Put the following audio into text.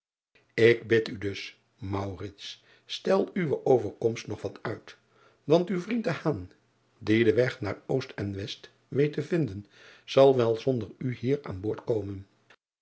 k bid u dus stel uwe overkomst nog wat uit driaan oosjes zn et leven van aurits ijnslager want uw vriend die den weg naar ost en est weet te vinden zal wel zonder u hier aan boord komen